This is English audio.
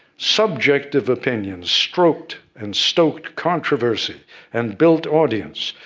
subjective opinions stroked and stoked controversy and built audience.